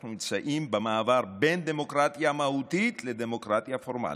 אנחנו נמצאים במעבר בין דמוקרטיה מהותית לדמוקרטיה פורמלית.